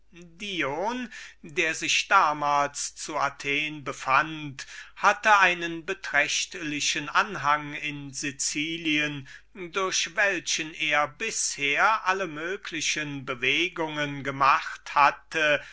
dion welcher sich damals zu athen befand hatte einen beträchtlichen anhang in sicilien durch welchen er bisher alle mögliche bewegungen gemacht hatte